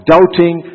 Doubting